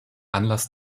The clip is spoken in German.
anlass